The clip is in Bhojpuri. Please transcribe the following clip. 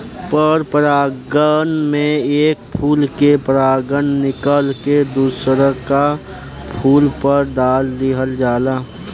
पर परागण में एक फूल के परागण निकल के दुसरका फूल पर दाल दीहल जाला